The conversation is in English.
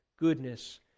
goodness